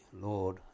Lord